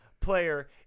player